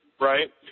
right